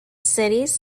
cities